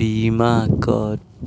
बीमा क